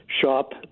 shop